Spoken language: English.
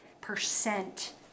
percent